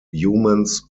humans